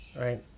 right